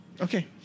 Okay